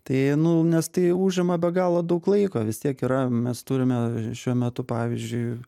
tai nu nes tai užima be galo daug laiko vis tiek yra mes turime šiuo metu pavyzdžiui